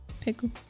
Pickle